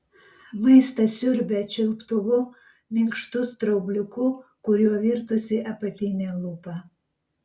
maistą siurbia čiulptuvu minkštu straubliuku kuriuo virtusi apatinė lūpa